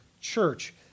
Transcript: church